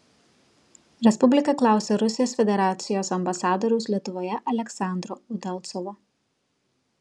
respublika klausė rusijos federacijos ambasadoriaus lietuvoje aleksandro udalcovo